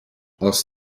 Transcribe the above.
aus